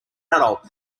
adult